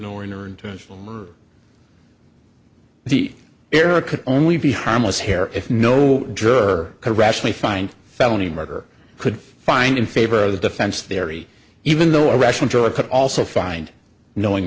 nor in your intentional murder the error could only be harmless hair if no driver to rationally find felony murder could find in favor of the defense theory even though a rational joy could also find knowing